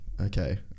okay